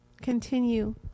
Continue